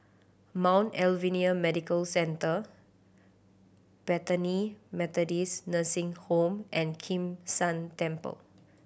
Mount Alvernia Medical Centre Bethany Methodist Nursing Home and Kim San Temple